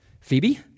Phoebe